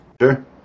sure